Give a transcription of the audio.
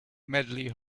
medley